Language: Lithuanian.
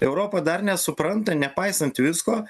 europa dar nesupranta nepaisant visko